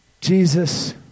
Jesus